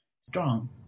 strong